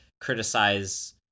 criticize